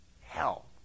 hell